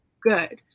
good